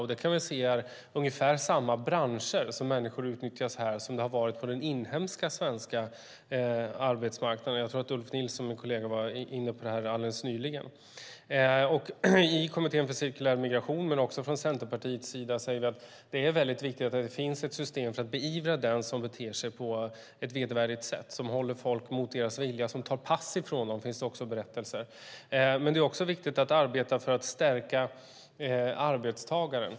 Vi kan se att det är i ungefär samma branscher som människor utnyttjas som det har varit på den inhemska svenska arbetsmarknaden. Jag tror att min kollega Ulf Nilsson var inne på det här alldeles nyligen. I Kommittén för cirkulär migration men också från Centerpartiets sida säger vi att det är väldigt viktigt att det finns ett system för att beivra den som beter sig på ett vedervärdigt sätt, som håller folk mot deras vilja, som tar pass ifrån dem, som det också finns berättelser om. Men det är också viktigt att arbeta för att stärka arbetstagare.